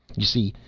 you see,